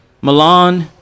Milan